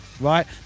Right